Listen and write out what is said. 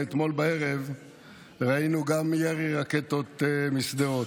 ואתמול בערב ראינו גם ירי רקטות לשדרות.